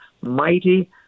mighty